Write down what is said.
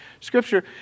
scripture